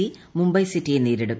C Mumbai സിറ്റിയെ നേരിടും